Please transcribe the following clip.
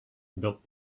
built